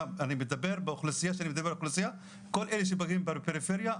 וכשאני אומר אוכלוסייה אני מדבר בעיקר בכל אלה שגרים בפריפריה,